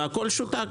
והכל שותק,